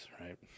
right